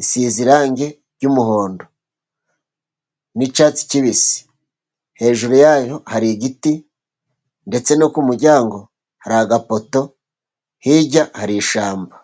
isize irangi ry'muhondo, nicyatsi kibisi hejuru yayo hari igiti, ndetse no ku kumuryango hari agapoto hirya hari ishyamba.